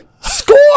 score